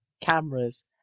cameras